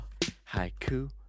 Haiku